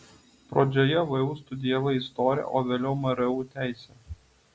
pradžioje vu studijavai istoriją o vėliau mru teisę